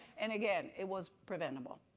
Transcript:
and again, it was preventable,